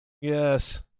Yes